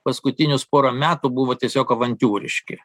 paskutinius porą metų buvo tiesiog avantiūriški